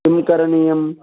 किं करणीयम्